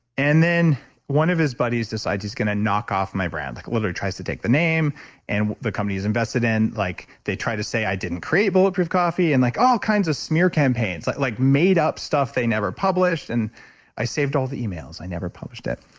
and then one of his buddies decides he's going to knock off my brand, like literally tries to take the name and the company is invested in like they try to say, i didn't create bulletproof coffee and like all kinds of smear campaigns, like like made up stuff they never published and i saved all the emails. i never published it.